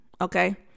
Okay